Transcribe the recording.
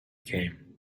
came